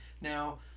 Now